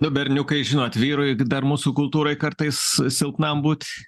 nu berniukai žinot vyrui dar mūsų kultūroj kartais silpnam būt